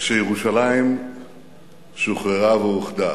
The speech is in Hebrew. כשירושלים שוחררה ואוחדה.